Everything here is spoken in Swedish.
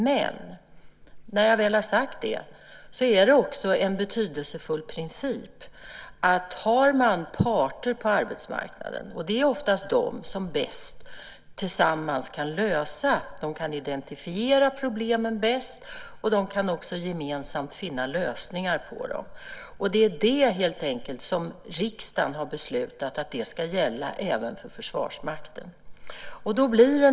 Men det är också en betydelsefull princip att när man har parter på arbetsmarknaden är det oftast de som tillsammans bäst kan finna en lösning. De kan identifiera problemen bäst, och de kan också gemensamt finna lösningar på dem. Det är helt enkelt det som riksdagen har beslutat ska gälla även för Försvarsmakten.